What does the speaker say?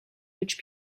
which